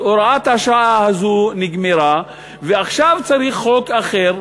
אז הוראת השעה הזו נגמרה, ועכשיו צריך חוק אחר,